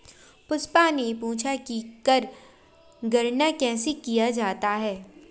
पुष्पा ने पूछा कि कर गणना कैसे किया जाता है?